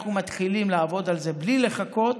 אנחנו מתחילים לעבוד על זה בלי לחכות.